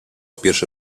pierwszy